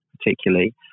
particularly